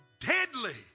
deadly